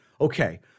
okay